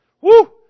Woo